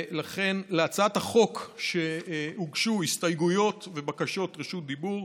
להצעת החוק הוגשו הסתייגויות ובקשות רשות דיבור,